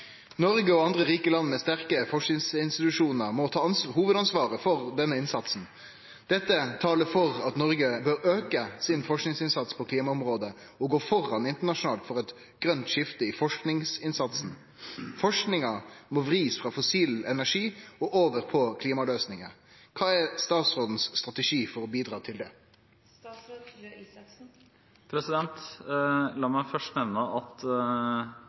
Norge og andre rike land med sterke forskningsinstitusjoner må ta hovedansvaret for denne innsatsen. Dette taler for at Norge bør øke sin forskningsinnsats på klimaområdet, og gå foran internasjonalt for et grønt skifte i forskningsinnsatsen. Forskningen må vris fra fossil energi og over på klimaløsninger. Hva er statsrådens strategi for å bidra til dette?» La meg først nevne at